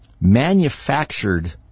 manufactured